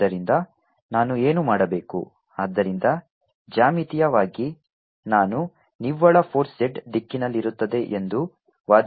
ಆದ್ದರಿಂದ ನಾನು ಏನು ಮಾಡಬೇಕು ಆದ್ದರಿಂದ ಜ್ಯಾಮಿತೀಯವಾಗಿ ನಾನು ನಿವ್ವಳ ಫೋರ್ಸ್ z ದಿಕ್ಕಿನಲ್ಲಿರುತ್ತದೆ ಎಂದು ವಾದಿಸಿದೆ